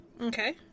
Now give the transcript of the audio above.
Okay